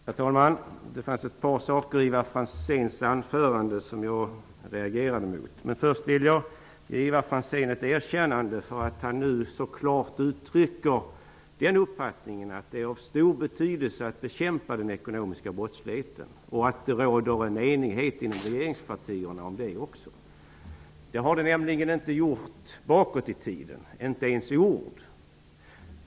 Herr talman! Det var ett par saker i Ivar Franzéns anförande som jag reagerade mot. Först vill jag dock ge Ivar Franzén ett erkännande för att han så klart uttrycker den uppfattningen att det är av stor betydelse att bekämpa den ekonomiska brottsligheten och säger att det råder enighet inom regeringspartierna om det. Det har det nämligen inte gjort förut, inte ens i ord.